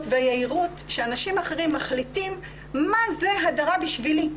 והיהירות שאנשים אחרים מחליטים מה זה הדרה בשבילי.